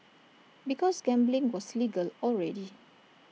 because gambling was legal already